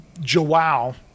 joao